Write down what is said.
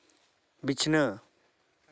ᱵᱤᱪᱷᱱᱟᱹ